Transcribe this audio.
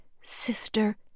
Sister